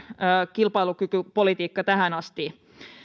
kilpailukykypolitiikka tähän asti